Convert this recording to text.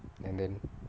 and then